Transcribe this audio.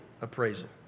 appraisal